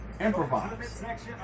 improvise